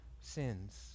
sins